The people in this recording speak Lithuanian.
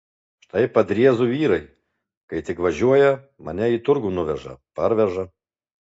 štai padriezų vyrai kai tik važiuoja mane į turgų nuveža parveža